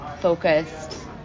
focused